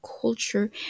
culture